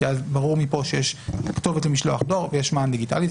כי אז ברור מפה שיש כתובת למשלוח דואר ויש מען דיגיטלי,